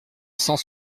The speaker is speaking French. cent